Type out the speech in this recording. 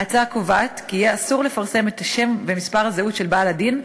ההצעה קובעת כי יהיה אסור לפרסם את השם ואת מספר הזהות של בעל הדין,